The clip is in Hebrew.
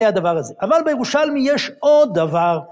הדבר הזה. אבל בירושלמי יש עוד דבר